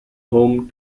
home